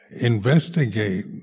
investigate